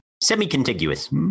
semi-contiguous